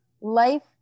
life